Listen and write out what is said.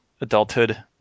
adulthood